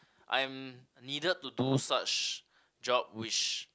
I'm needed to do such job which